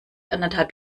anderthalb